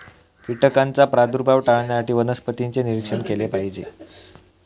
कीटकांचा प्रादुर्भाव टाळण्यासाठी वनस्पतींचे निरीक्षण केले पाहिजे